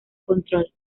control